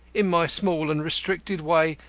in my small and restricted way,